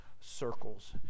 circles